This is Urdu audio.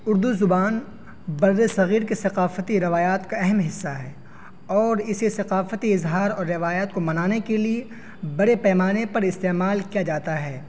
اردو زبان بر صغیر کے ثقافتی روایات کا اہم حصہ ہے اور اسے ثقافتی اظہار اور روایات کو منانے کے لیے بڑے پیمانے پر استعمال کیا جاتا ہے